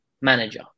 manager